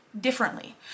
differently